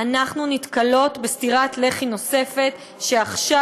אנחנו נתקלות בסטירת לחי נוספת, שעכשיו